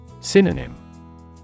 Synonym